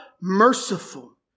merciful